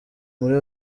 muri